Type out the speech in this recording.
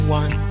one